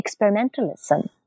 experimentalism